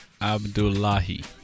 Abdullahi